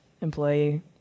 employee